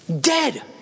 dead